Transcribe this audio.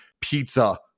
pizza